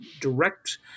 direct